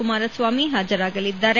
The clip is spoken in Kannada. ಕುಮಾರಸ್ವಾಮಿ ಹಾಜರಾಗಲಿದ್ದಾರೆ